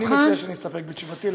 אני מציע שנתספק בתשובתי,